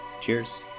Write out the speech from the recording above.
Cheers